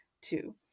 two